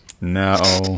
No